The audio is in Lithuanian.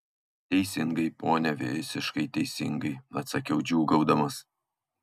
teisingai pone visiškai teisingai atsakiau džiūgaudamas